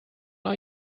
are